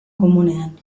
komunean